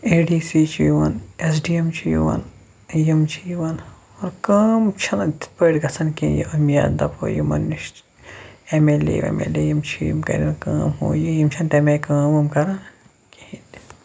A D C چھُ یِوان S D M چھُ یِوان یِم چھِ یِوان کٲم چھےٚ نہٕ تِتھ پٲٹھۍ گژھان کیٚنٛہہ یِہوے مےٚ دَپہٕ ہو یِمن نِش ایٚم ایل اے ویٚم ایل اے یِم چھِ یِم کرن کٲم ہُہ یہِ چھَنہٕ تَمہِ آیہِ کٲم کران کِہینۍ تہِ